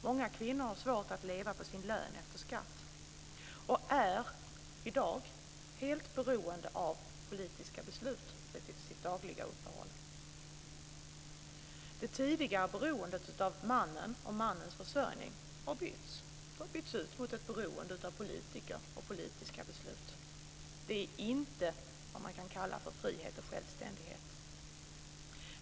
Många kvinnor har svårt att leva på sin lön efter skatt och är i dag helt beroende av politiska beslut för sitt dagliga uppehälle. Det tidigare beroendet av mannen och mannens försörjning har bytts ut mot ett beroende av politiker och politiska beslut. Det är inte vad man kan kalla för frihet och självständighet.